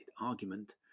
argument